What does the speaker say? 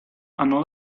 hanno